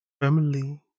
Family